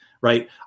right